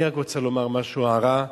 אני רק רוצה לומר משהו, הערה כללית,